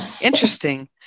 Interesting